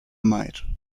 might